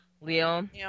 Leon